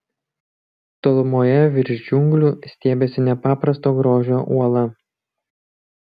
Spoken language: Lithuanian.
tolumoje virš džiunglių stiebėsi nepaprasto grožio uola